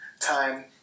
time